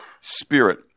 spirit